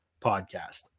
Podcast